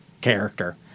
character